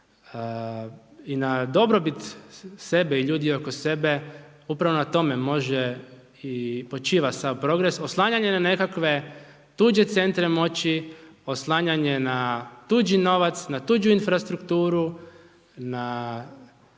i na dobrobit sebe i ljudi oko sebe, upravo na tome može i počiva sav progres. Oslanjanje na nekakve tuđe centre moći, oslanjanje na tuđi novac, na tuđi infrastrukturu, na